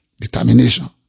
determination